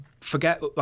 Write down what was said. forget